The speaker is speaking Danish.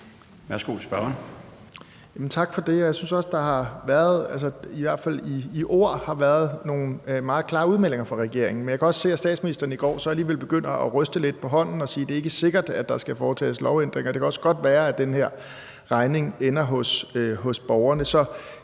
Dragsted (EL): Tak for det. Jeg synes også, at der i hvert fald i ord har været nogle meget klare udmeldinger fra regeringen. Men jeg kunne også se, at statsministeren så alligevel i går begyndte at ryste lidt på hånden og sige: Det er ikke sikkert, der skal foretages lovændringer; det kan også godt være, at den her regning ender hos borgerne.